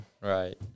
Right